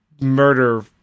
murder